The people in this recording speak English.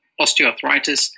osteoarthritis